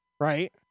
right